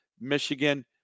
Michigan